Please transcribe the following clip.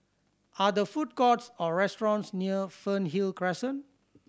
are there food courts or restaurants near Fernhill Crescent